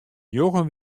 njoggen